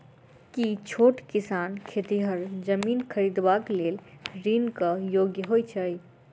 की छोट किसान खेतिहर जमीन खरिदबाक लेल ऋणक योग्य होइ छै?